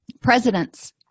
presidents